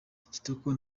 kitoko